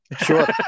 Sure